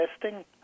testing